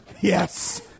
Yes